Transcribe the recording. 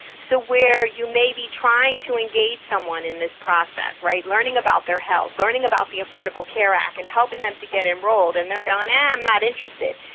so where you may be trying to engage someone in this process, right, learning about their health, learning about the affordable care act and helping them to get enrolled. and they're going, i'm not interested.